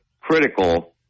critical